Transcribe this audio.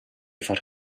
far